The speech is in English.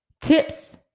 tips